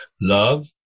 Love